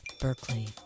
Berkeley